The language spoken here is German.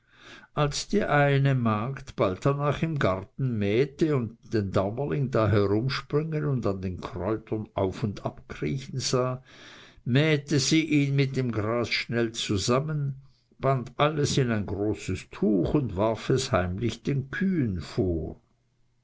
als die eine magd bald hernach im garten mähte und den daumerling da herumspringen und an den kräutern auf und abkriechen sah mähte sie ihn mit dem gras schnell zusammen band alles in ein großes tuch und warf es heimlich den kühen vor